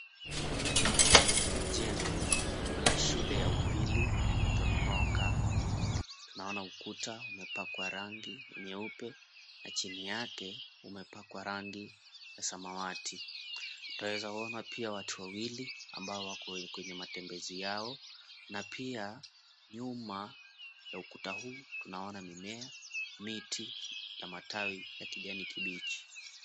Jengo la shule ya upili ya Tononoka. Tunaona ukuta umepakwa rangi nyeupe na chini yake umepakwa rangi ya samawati. Twawezaona pia watu wawili ambao wako kwenye matembezi yao, na pia nyuma ya ukuta huu tunaona mimea, miti ya matawi ya kijani kibichi.